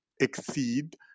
exceed